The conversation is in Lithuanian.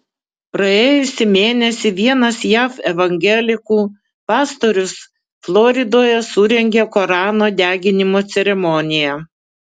praėjusį mėnesį vienas jav evangelikų pastorius floridoje surengė korano deginimo ceremoniją